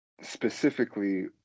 specifically